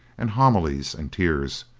and homilies, and tears,